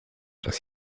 das